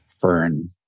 fern